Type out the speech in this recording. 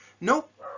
Nope